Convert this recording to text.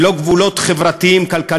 ללא גבולות חברתיים-כלכליים.